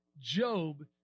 Job